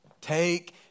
Take